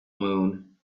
moon